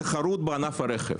התחרות בענף הרכב.